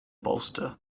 bolster